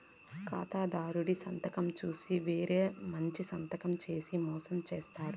ఖాతాదారుడి సంతకం చూసి వేరే మంచి సంతకం చేసి మోసం చేత్తారు